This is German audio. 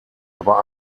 aber